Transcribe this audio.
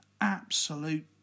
absolute